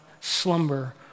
slumber